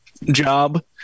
job